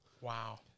Wow